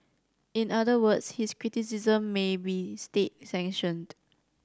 in other words his criticisms may be state sanctioned